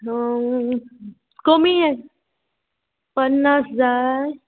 कमी ये पन्नास जाय